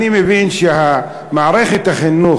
אני מבין שמערכת החינוך,